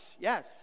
Yes